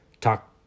talk